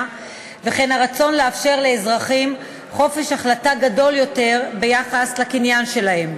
וכן הרצון לאפשר לאזרחים חופש החלטה גדול יותר ביחס לקניין שלהם.